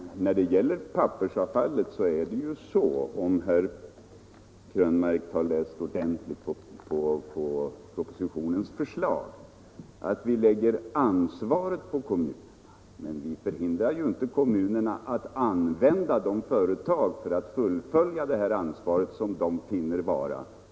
Herr talman! När det gäller pappersavfallet borde herr Krönmark, om han har läst propositionens förslag ordentligt, vara medveten om att vi lägger ansvaret på kommunerna. Men vi hindrar inte kommunerna att anlita de företag de finner vara lämpliga för att fullfölja detta ansvar.